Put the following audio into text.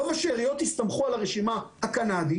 רוב השאריות הסתמכו על הרשימה הקנדית